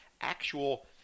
actual